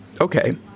Okay